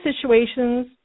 situations